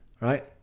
right